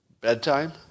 bedtime